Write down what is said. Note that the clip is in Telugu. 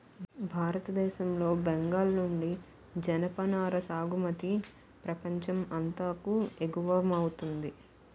భారతదేశం లో బెంగాల్ నుండి జనపనార సాగుమతి ప్రపంచం అంతాకు ఎగువమౌతుంది